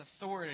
authority